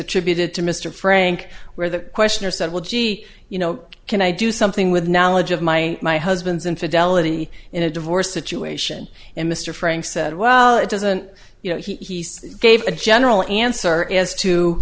attributed to mr frank where the questioner said well gee you know can i do something with knowledge of my my husband's infidelity in a divorce situation and mr frank said well it doesn't you know he gave a general answer as to